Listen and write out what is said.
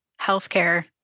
healthcare